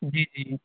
جی جی